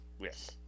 Yes